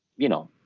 you know,